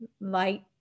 light